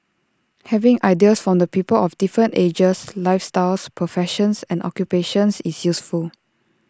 having ideas from the people of different ages lifestyles professions and occupations is useful